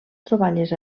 troballes